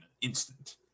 instant